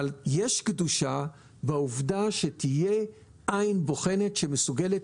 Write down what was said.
אבל יש קדושה בעובדה שתהיה עין בוחנת שמסוגלת